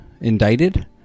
indicted